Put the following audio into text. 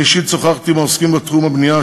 אני שוחחתי אישית עם העוסקים בתחום הבנייה,